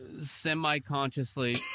semi-consciously